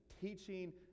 teaching